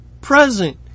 present